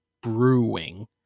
Brewing